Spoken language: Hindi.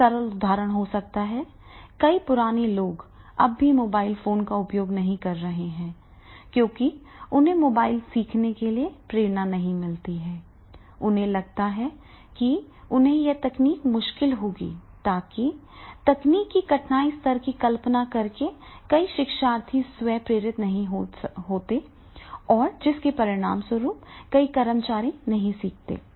सरल उदाहरण हो सकता है कई पुराने लोग अभी भी मोबाइल फोन का उपयोग नहीं कर रहे हैं क्योंकि उन्हें मोबाइल सीखने के लिए प्रेरणा नहीं मिलती है उन्हें लगता है कि उन्हें यह तकनीक मुश्किल होगी ताकि तकनीक के कठिनाई स्तर की कल्पना करके कई शिक्षार्थी स्वयं प्रेरित न हों और जिसके परिणामस्वरूप कई कर्मचारी नहीं सीखेंगे